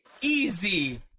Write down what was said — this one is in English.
Easy